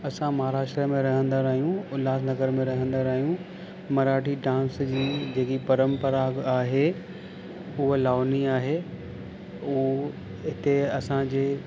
असां महाराष्ट्र में रहंदड़ आहियूं उल्हासनगर में रहंदड़ आहियूं मराठी डांस जी जेकी परंपरा आहे उहा लावनी आहे उहो हिते असांजे